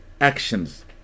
actions